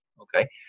okay